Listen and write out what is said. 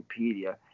Wikipedia